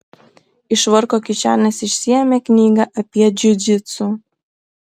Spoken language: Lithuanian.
iš švarko kišenės išsiėmė knygą apie džiudžitsu